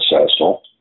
successful